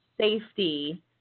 safety